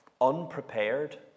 unprepared